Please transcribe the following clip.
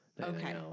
Okay